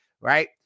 right